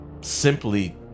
simply